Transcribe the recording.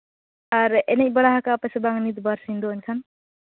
ᱟᱨ ᱮᱱᱮᱡ ᱵᱟᱲᱟ ᱟᱠᱟᱫᱟᱯᱮ ᱥᱮ ᱵᱟᱝ ᱱᱤᱛ ᱵᱟᱨᱥᱤᱧ ᱫᱚ ᱮᱱᱠᱷᱟᱱ